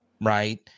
right